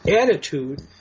attitude